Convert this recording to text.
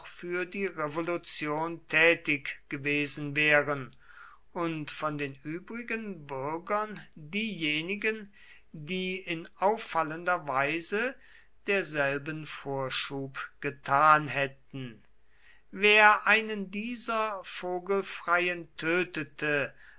für die revolution tätig gewesen wären und von den übrigen bürgern diejenigen die in auffallender weise derselben vorschub getan hätten wer einen dieser vogelfreien tötete